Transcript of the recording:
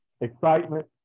excitement